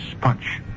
Punch